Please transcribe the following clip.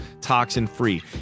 toxin-free